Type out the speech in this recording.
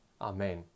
Amen